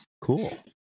cool